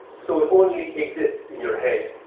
so it only exists in your head.